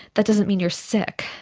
that doesn't mean you are sick,